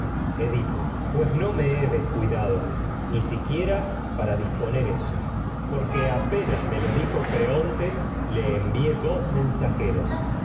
cosa con certeza me he descuidado ni siquiera para disponer eso porque apenas me vié dos lo dijo creonte le en admira es que no mensajeros